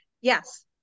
yes